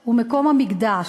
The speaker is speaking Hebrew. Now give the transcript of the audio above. הוא מקום המקדש.